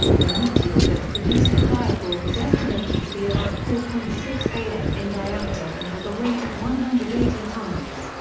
the meteor that produced the fireball was estimated to be about four point six m in diameter and with a weight of one hundred and eighty tonnes.